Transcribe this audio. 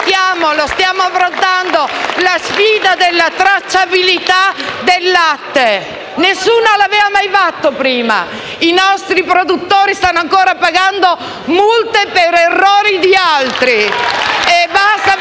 stiamo affrontando la sfida della tracciabilità del latte. Nessuno l'aveva mai fatto prima. I nostri produttori stanno ancora pagando multe per errori di altri. Basta portare